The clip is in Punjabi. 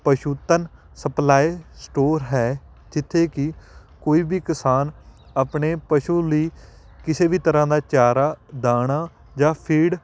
ਪਸ਼ੂਤਨ ਸਪਲਾਈ ਸਟੋਰ ਹੈ ਜਿੱਥੇ ਕਿ ਕੋਈ ਵੀ ਕਿਸਾਨ ਆਪਣੇ ਪਸ਼ੂ ਲਈ ਕਿਸੇ ਵੀ ਤਰ੍ਹਾਂ ਦਾ ਚਾਰਾ ਦਾਣਾ ਜਾਂ ਫੀਡ